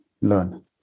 learn